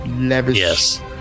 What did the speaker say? Yes